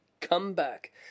comeback